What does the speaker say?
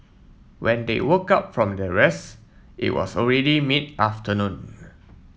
when they woke up from their rest it was already mid afternoon